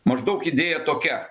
maždaug idėja tokia